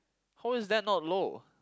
how is that not low